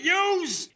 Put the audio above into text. use